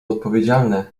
odpowiedzialne